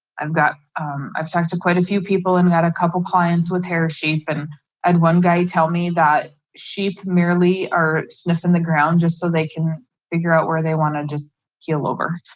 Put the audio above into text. i've got i've talked to quite a few people and got a couple clients with hair shape and i had one guy tell me that she merely are sniffing the ground just so they can figure out where they want to just keel over.